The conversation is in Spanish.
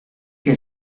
que